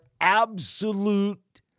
absolute